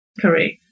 Correct